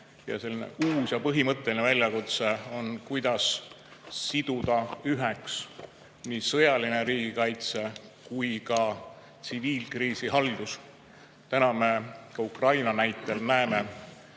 teemadele. Uus ja põhimõtteline väljakutse on, kuidas siduda üheks sõjaline riigikaitse ja tsiviilkriisihaldus. Me ka Ukraina näitel näeme,